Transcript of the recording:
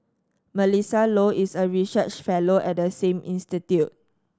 Melissa Low is a research fellow at the same institute